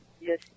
Yes